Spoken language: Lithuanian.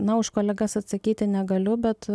na už kolegas atsakyti negaliu bet